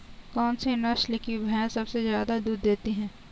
कौन सी नस्ल की भैंस सबसे ज्यादा दूध देती है?